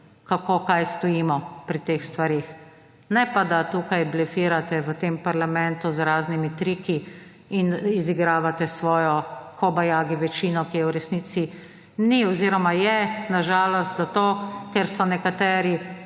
kako kaj stojimo pri teh stvareh. Ne pa da tukaj blefirate v tem parlamentu z raznimi triki in izigravate svojo kobajagi večino, ki je v resnici ni, oziroma je na žalost, ker so nekateri